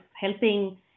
helping